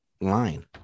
line